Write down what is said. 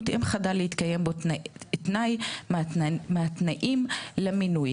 אם חדל להתקיים בו תנאי מהתנאים למינוי,